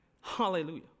Hallelujah